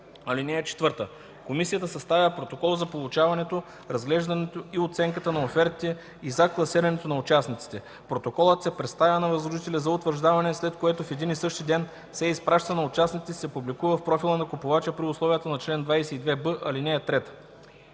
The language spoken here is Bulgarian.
предложения. (4) Комисията съставя протокол за получаването, разглеждането и оценката на офертите и за класирането на участниците. Протоколът се представя на възложителя за утвърждаване, след което в един и същи ден се изпраща на участниците и се публикува в профила на купувача при условията на чл. 22б, ал.